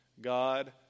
God